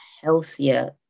healthier